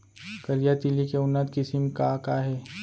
करिया तिलि के उन्नत किसिम का का हे?